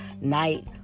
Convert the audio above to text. night